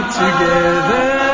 together